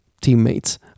teammates